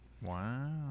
Wow